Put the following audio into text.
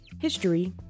history